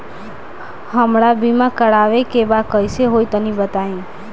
हमरा बीमा करावे के बा कइसे होई तनि बताईं?